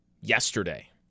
yesterday